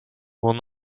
will